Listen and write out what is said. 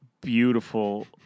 beautiful